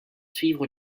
suivre